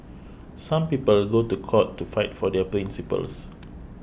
some people go to court to fight for their principles